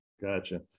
Gotcha